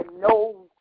no